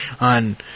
on